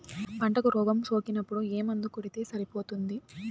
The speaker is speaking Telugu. పంటకు రోగం సోకినపుడు ఏ మందు కొడితే సరిపోతుంది?